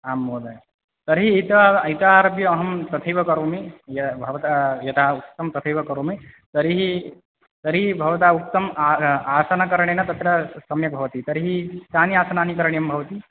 आम् महोदय तर्हि इत इत आरभ्य अहं तथैव करोमि य भवता यथा उक्तं तथैव करोमि तर्हि तर्हि भवता उक्तं आसनकरणेन तत्र सम्यक् भवति तर्हि कानि आसनानि करणीयं भवति